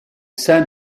sein